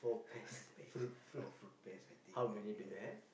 pears oh fruit pears I think oh okay